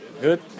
Good